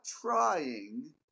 trying